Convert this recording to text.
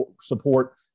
support